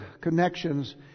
connections